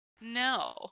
No